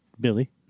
Billy